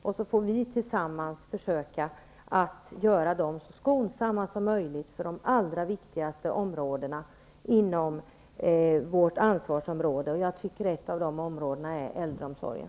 Sedan får vi tillsammans försöka att göra åtgärderna så skonsamma som möjligt när det gäller de allra viktigaste bitarna av vårt ansvarsområde. Själv tycker jag att ett av de områdena är äldreomsorgen.